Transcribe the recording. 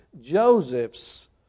Joseph's